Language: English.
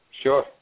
Sure